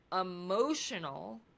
emotional